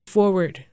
forward